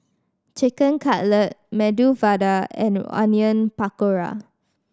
Chicken Cutlet Medu Vada and Onion Pakora